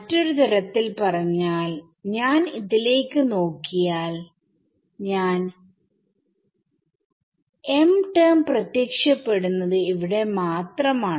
മറ്റൊരു തരത്തിൽ പറഞ്ഞാൽ ഞാൻ ഇതിലേക്ക് നോക്കിയാൽ ഞാൻ ലേക്ക് നോക്കിയാൽ m ടെർമ് പ്രത്യക്ഷപ്പെടുന്നത് ഇവിടെ മാത്രമാണ്